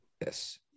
Yes